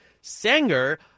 Sanger